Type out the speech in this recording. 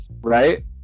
right